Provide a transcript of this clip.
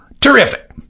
Terrific